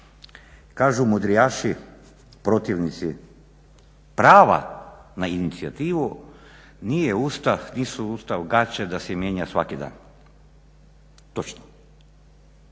kažu mudrijaši, protivnici prava na inicijativu, nisu Ustav gaće da se mijenja svaki dan. Točno,